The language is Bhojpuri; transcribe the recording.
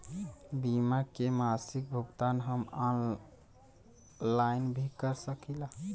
बीमा के मासिक भुगतान हम ऑनलाइन भी कर सकीला?